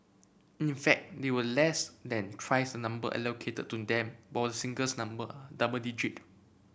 in fact they were less than twice the number allotted to them both singles number double